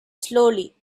slowly